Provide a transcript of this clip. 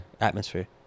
atmosphere